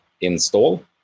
Install